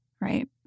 Right